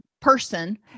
person